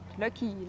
lucky